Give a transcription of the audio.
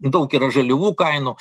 daugelio žaliavų kainų